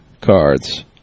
cards